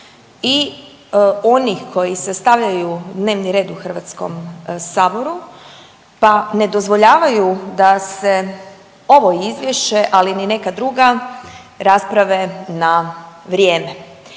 i onih koji se sastavljaju dnevni red u HS-u pa ne dozvoljavaju da se ovo Izvješće, ali ni neka druga rasprave na vrijeme.